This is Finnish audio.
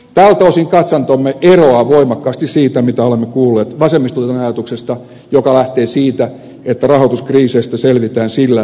tältä osin katsantomme eroaa voimakkaasti siitä mitä olemme kuulleet vasemmistoliiton ajatuksesta joka lähtee siitä että rahoituskriiseistä selvitään sillä että suljetaan silmät